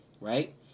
Right